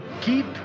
keep